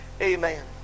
Amen